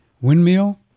windmill